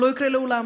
שהוא לא יקרה לעולם.